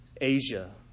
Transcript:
Asia